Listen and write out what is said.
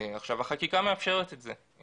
והחקיקה מאפשרת את זה,